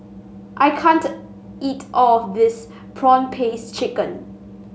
I can't eat all of this prawn paste chicken